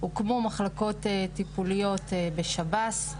הוקמו מחלקות טיפוליות בשב"ס,